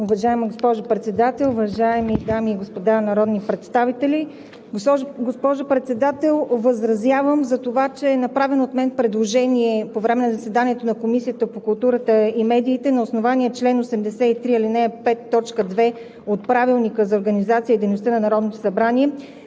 Уважаема госпожо Председател, уважаеми дами и господа народни представители! Госпожо Председател, възразявам за това, че направено от мен предложение по време на заседанието на Комисията по културата и медиите на основание чл. 83, ал. 5, т. 2 от Правилника за